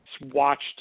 watched